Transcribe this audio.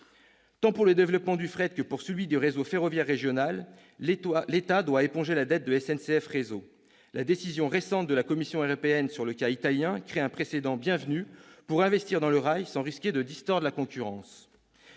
Tant pour le développement du fret que pour celui du réseau ferroviaire régional, l'État doit éponger la dette de SNCF Réseau. La décision récente de la Commission européenne sur le cas italien crée un précédent bienvenu pour investir dans le rail sans risquer de distordre la concurrence.